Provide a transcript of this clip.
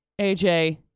AJ